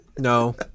No